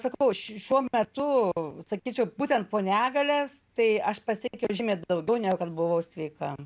sakau šiuo metu sakyčiau būtent po negalės tai aš pasiekiau žymiai daugiau negu kad buvau sveika